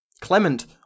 Clement